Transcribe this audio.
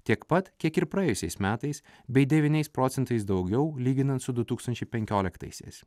tiek pat kiek ir praėjusiais metais bei devyniais procentais daugiau lyginant su du tūkstančiai penkioliktaisiais